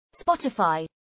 Spotify